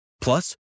Plus